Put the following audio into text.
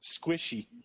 Squishy